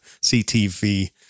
CTV